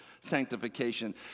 sanctification